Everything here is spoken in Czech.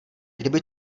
kdyby